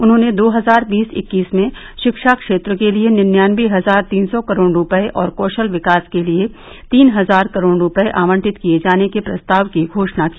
उन्होंने दो हजार बीस इक्कीस में शिक्षा क्षेत्र के लिए निन्यानवे हजार तीन सौ करोड़ रूपये और कौशल विकास के लिए तीन हजार करोड़ रूपये आवंटित किए जाने के प्रस्ताव की घोषणा की